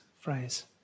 phrase